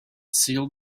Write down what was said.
sealed